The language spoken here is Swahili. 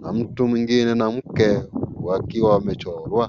na mtu mwingine na mke, wakiwa wamechorwa.